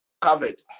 covered